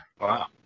Wow